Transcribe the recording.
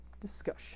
discussion